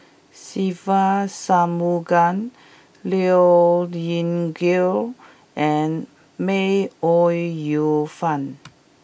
Se Ve Shanmugam Liao Yingru and May Ooi Yu Fen